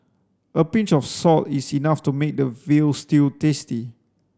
a pinch of salt is enough to make a veal stew tasty